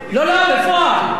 לא, בפועל.